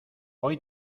hoy